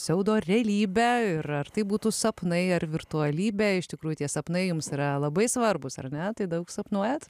pseudo realybę ir ar tai būtų sapnai ar virtualybė iš tikrųjų tie sapnai jums yra labai svarbūs ar ne tai daug sapnuojat